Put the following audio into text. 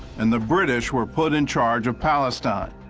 and the british were put in charge of palestine.